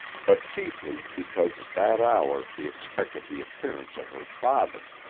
but chiefly because at that hour she expected the appearance of her father.